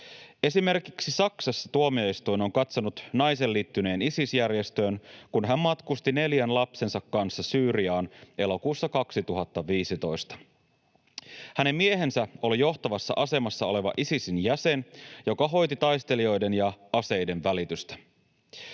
Esimerkiksi Saksassa tuomioistuin on katsonut naisen liittyneen Isis-järjestöön, kun hän matkusti neljän lapsensa kanssa Syyriaan elokuussa 2015. Hänen miehensä oli johtavassa asemassa oleva Isisin jäsen, joka hoiti taistelijoiden ja aseiden välitystä.